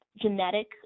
genetic